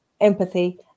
empathy